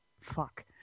Fuck